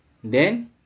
then